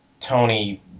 Tony